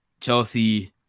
Chelsea